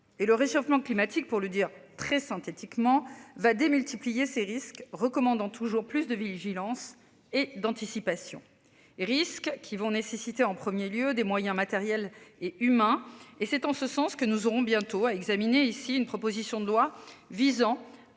et le réchauffement climatique pour le dire très sainte éthiquement va démultiplier ses risques recommandant toujours plus de vigilance et d'anticipation et risque qui vont nécessiter en 1er lieu des moyens matériels et humains et c'est en ce sens que nous aurons bientôt à examiner ici une proposition de loi visant